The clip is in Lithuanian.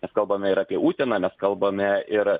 mes kalbame ir apie uteną mes kalbame ir